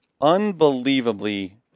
unbelievably